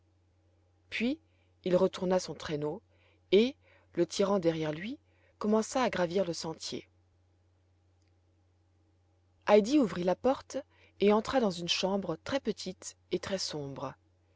puis il retourna son traîneau et le tirant derrière lui commença à gravir le sentier heidi ouvrit la porte et entra dans une chambre très petite et très sombre